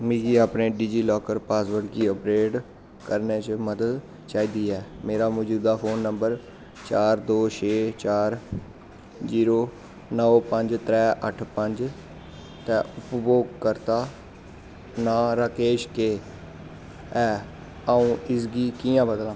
मिगी अपने DigiLocker password गी अपडेट करने च मदद चाहिदी ऐ मेरा मजूदा फोन नंबर चार दो छे चार जीरो नौ पंज त्रै अट्ठ पंज ते उपभोगकर्ता नांऽ राकेश के ऐ अ'ऊं इसगी कि'यां बदलां